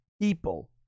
people